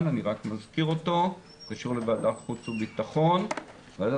אלא לוועדת חוץ ובטחון ואני רק מזכיר אותו.